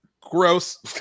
Gross